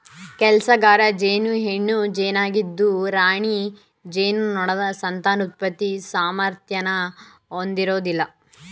ಕೆಲ್ಸಗಾರ ಜೇನು ಹೆಣ್ಣು ಜೇನಾಗಿದ್ದು ರಾಣಿ ಜೇನುನೊಣದ ಸಂತಾನೋತ್ಪತ್ತಿ ಸಾಮರ್ಥ್ಯನ ಹೊಂದಿರೋದಿಲ್ಲ